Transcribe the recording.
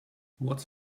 what